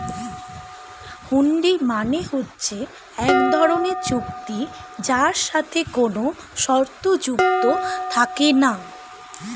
হুন্ডি মানে হচ্ছে এক ধরনের চুক্তি যার সাথে কোনো শর্ত যুক্ত থাকে না